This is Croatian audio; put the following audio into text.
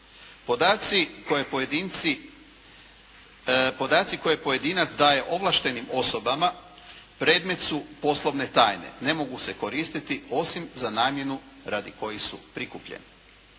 Podaci koje pojedinac daje ovlaštenim osobama predmet su poslovne tajne. Ne mogu se koristiti osim za namjenu radi kojih su prikupljeni.